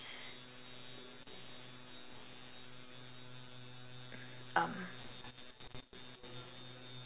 um